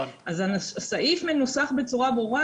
הסעיף מנוסח בצורה ברורה,